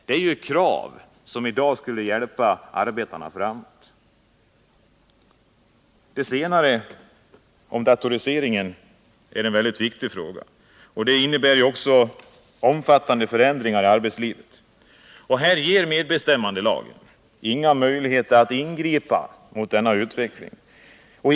Det är krav som i dag skulle hjälpa arbetarna framåt. Just datoriseringen är en mycket viktig fråga. Den innebär omfattande förändringar i arbetsliver. Här ger medbestämmandelagen inte några möjligheter att ingripa mot utvecklingen.